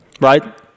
Right